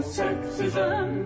sexism